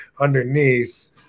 underneath